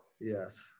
Yes